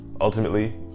ultimately